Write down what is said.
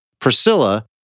Priscilla